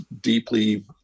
deeply